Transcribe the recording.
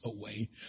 away